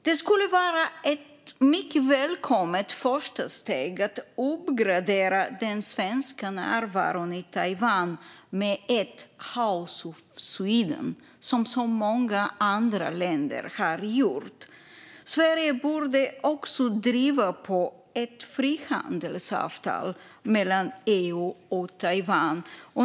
Det skulle vara ett mycket välkommet första steg att uppgradera den svenska närvaron i Taiwan med ett House of Sweden, som så många andra länder har gjort. Sverige borde också driva på för ett frihandelsavtal mellan EU och Taiwan.